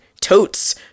totes